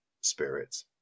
spirits